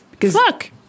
Fuck